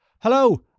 Hello